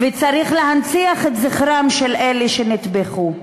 וצריך להנציח את זכרם של אלה שנטבחו,